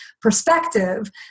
perspective